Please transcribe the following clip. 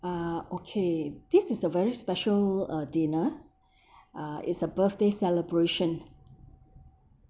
uh okay this is a very special uh dinner uh is a birthday celebration